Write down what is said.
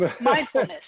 Mindfulness